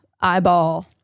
eyeball